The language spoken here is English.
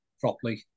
properly